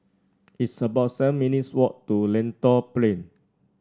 it's about seven minutes walk to Lentor Plain